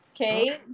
Okay